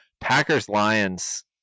Packers-Lions